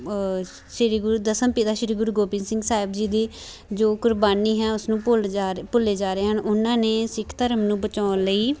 ਸ਼੍ਰੀ ਗੁਰੂ ਦਸਮ ਪਿਤਾ ਸ਼੍ਰੀ ਗੁਰੂ ਗੋਬਿੰਦ ਸਿੰਘ ਸਾਹਿਬ ਜੀ ਦੀ ਜੋ ਕੁਰਬਾਨੀ ਹੈ ਉਸਨੂੰ ਭੁੱਲ ਜਾ ਰਹੇ ਭੁੱਲੇ ਜਾ ਰਹੇ ਹਨ ਉਹਨਾਂ ਨੇ ਸਿੱਖ ਧਰਮ ਨੂੰ ਬਚਾਉਣ ਲਈ